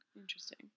Interesting